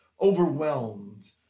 overwhelmed